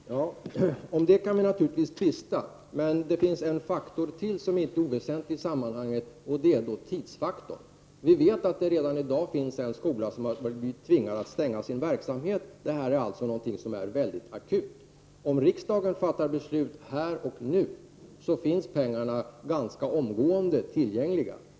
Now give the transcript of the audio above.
Herr talman! Om det kan vi naturligtvis tvista. Men det finns ännu en faktor som inte är oväsentlig i sammanhanget, och det är tidsfaktorn. Vi vet att det redan i dag finns en skola som har tvingats avbryta sin verksamhet. Detta är alltså något akut. Om riksdagen fattar beslut här och nu, finns pengarna tillgängliga ganska omgående.